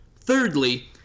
Thirdly